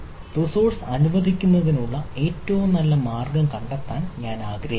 resources അനുവദിക്കുന്നതിനുള്ള ഏറ്റവും നല്ല മാർഗം കണ്ടെത്താൻ ഞാൻ ആഗ്രഹിക്കുന്നു